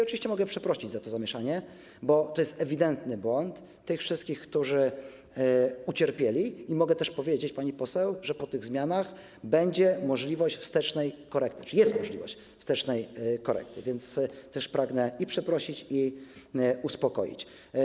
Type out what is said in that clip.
Oczywiście mogę przeprosić za to zamieszanie - bo to jest ewidentny błąd - tych wszystkich, którzy ucierpieli, i mogę też powiedzieć pani poseł, że po tych zmianach będzie możliwość wstecznej korekty, jest możliwość wstecznej korekty, więc też pragnę przeprosić i uspokoić.